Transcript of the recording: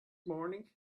morning